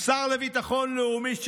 שר לביטחון לאומי,